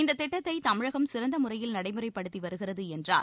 இந்த திட்டத்தை தமிழகம் சிறந்த முறையில் நடைமுறைப்படுத்தி வருகிறது என்றார்